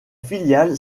filiales